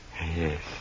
Yes